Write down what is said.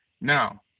Now